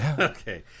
Okay